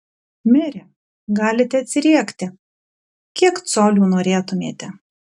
mere galite atsiriekti kiek colių norėtumėte